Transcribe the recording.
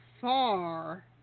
far